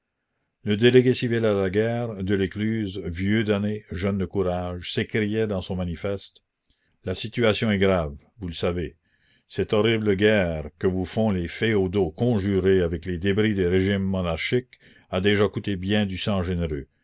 le délégué civil à la guerre delescluze vieux d'années jeune de courage s'écriait dans son manifeste la situation est grave vous le savez cette horrible guerre que vous font les féodaux conjurés avec les débris des régimes monarchiques a déjà coûté bien du sang généreux